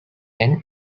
and